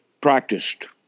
practiced